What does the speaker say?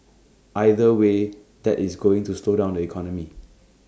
either way that is going to slow down the economy